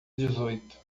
dezoito